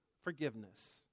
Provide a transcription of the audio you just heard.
forgiveness